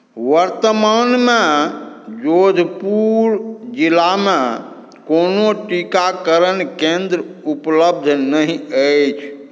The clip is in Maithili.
वर्तमानमे जोधपुर जिलामे कोनो टीकाकरण केंद्र उपलब्ध नहि अछि